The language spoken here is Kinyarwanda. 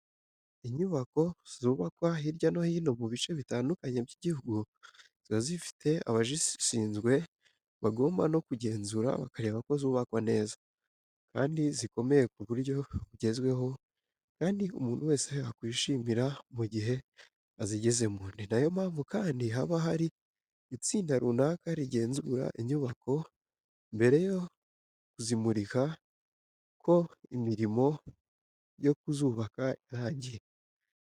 Inyubako zubakwa hirya no hino mu bice bitandukanye by'igihugu ziba zifite abazishinzwe bagomba no kuzigenzura bakareba ko zubakwa neza, kandi zikomeye ku buryo bugezweho kandi umuntu wese yakwishimira mu gihe azigezemo. Ni na yo mpamvu kandi haba hari itsinda runaka rigenzura inyubako mbere yo kuzimurika ko imirimo yo kuzubaka yarangiye.